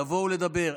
תבואו לדבר.